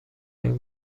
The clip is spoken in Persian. این